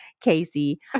Casey